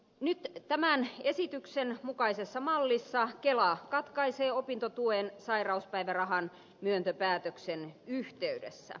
nyt tämän esityksen mukaisessa mallissa kela katkaisee opintotuen sairauspäivärahan myöntöpäätöksen yhteydessä